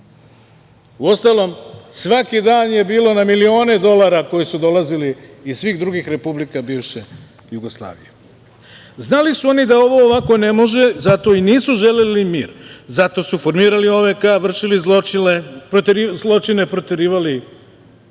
ostalog. Uostalom, svaki dan je bilo na milione dolara koji su dolazili iz svih drugih republika bivše Jugoslavije. Znali su oni da ovo ovako ne može, zato i nisu želeli mir. Zato su formirali OVK, vršili zločine, proterivali